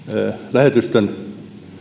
lähetystön